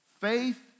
Faith